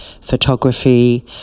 photography